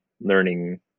learning